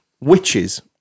Witches